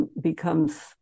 becomes